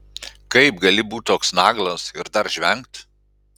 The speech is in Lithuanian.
kaip gali būti toks naglas ir dar žvengt